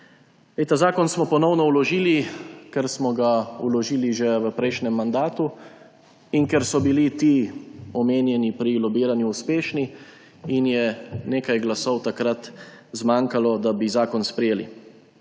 Ta zakon smo ponovno vložili. Vložili smo ga že v prejšnjem mandatu in ker so bili ti omenjeni pri lobiranju uspešni, je nekaj glasov takrat zmanjkalo, da bi zakon sprejeli.